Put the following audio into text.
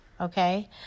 okay